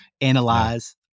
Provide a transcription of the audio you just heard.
analyze